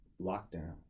lockdown